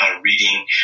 reading